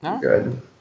Good